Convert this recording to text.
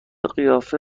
قیافه